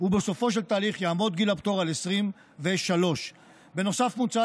ובסופו של התהליך יעמוד גיל הפטור על 23. בנוסף מוצע